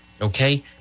Okay